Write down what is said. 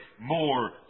more